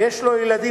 ויש לו ילדים,